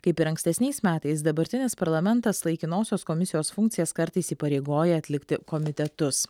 kaip ir ankstesniais metais dabartinis parlamentas laikinosios komisijos funkcijas kartais įpareigoja atlikti komitetus